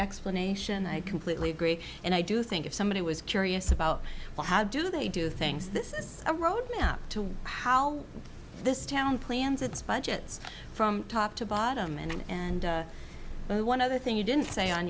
explanation i completely agree and i do think if somebody was curious about well how do they do things this is a road map to how this town plans its budgets from top to bottom and and one other thing you didn't say on